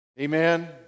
Amen